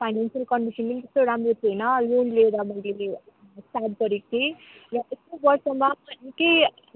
financial condition पनि त्यस्तो राम्रो थिएन लोन लिएर मैले स्टार्ट गरेको थिएँ र यत्रो वर्षमा निकै